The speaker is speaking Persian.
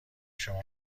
شما